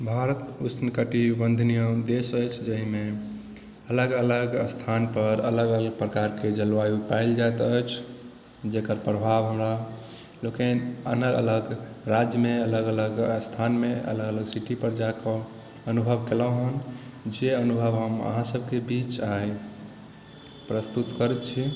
भारत उष्णकटिबन्धनीय देश अछि जहिमे अलग अलग स्थान पर अलग अलग प्रकारके जलवायु पाओल जाइत अछि जेकर प्रभाव हमरा लोकनि अलग अलग राज्यमे अलग अलग स्थानमे अलग अलग सिटी पर जाकऽ अनुभव कयलहुँ जे अनुभव हम अहाँ सभकेँ बीच आइ प्रस्तुत करैत छी